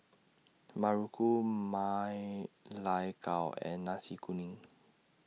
Muruku Ma Lai Gao and Nasi Kuning